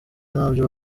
ntabyo